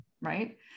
right